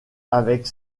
avec